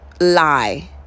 lie